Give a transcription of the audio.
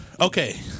Okay